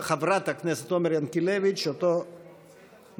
חברת הכנסת עומר ינקלביץ' אותו מצב.